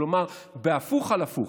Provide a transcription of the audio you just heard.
כלומר, זה בהפוך על הפוך: